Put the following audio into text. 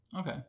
Okay